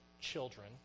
children